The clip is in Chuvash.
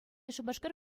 шупашкар